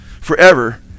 forever